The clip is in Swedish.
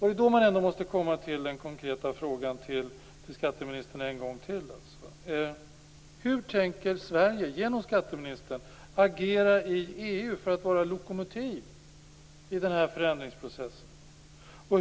Det gör att jag en gång till vill ställa ett par konkreta frågor till skatteministern: Hur tänker Sverige, genom skatteministern, agera i EU för att vara lokomotiv i den här förändringsprocessen?